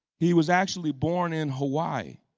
he was actually born in hawaii.